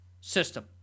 system